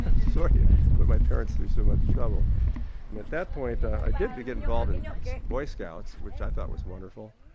ah sorry i put my parents through so much trouble. but at that point i did get involved in the boy scouts, which i thought was wonderful,